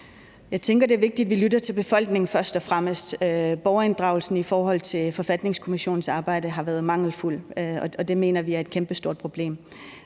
Jeg tænker, det er vigtigt, at vi først og fremmest lytter til befolkningen. Borgerinddragelsen i forhold til Forfatningskommissionens arbejde har været mangelfuld, og det mener vi er et kæmpestort problem.